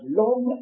long